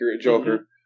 Joker